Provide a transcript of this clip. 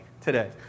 today